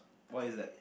why is that